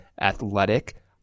athletic